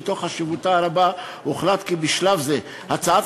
ומתוך חשיבותה הרבה הוחלט כי בשלב זה הצעת